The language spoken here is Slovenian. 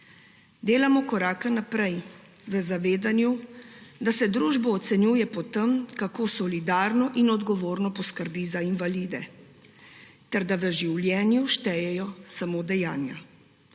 Delamo korake naprej v zadevanju, da se družbo ocenjuje po tem, kako solidarno in odgovorno poskrbi za invalide, ter da v življenju štejejo samo dejanja.